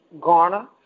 Garner